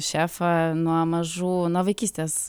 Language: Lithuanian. šefą nuo mažų nuo vaikystės